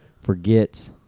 Forget